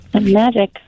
magic